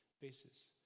basis